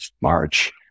March